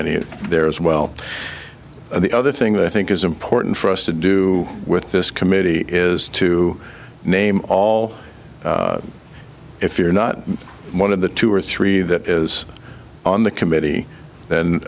any there as well the other thing that i think is important for us to do with this committee is to name call if you're not one of the two or three that is on the committee th